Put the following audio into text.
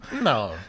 No